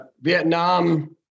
Vietnam